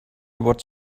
what